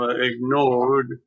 ignored